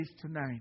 tonight